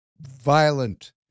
violent